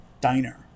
diner